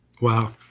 Wow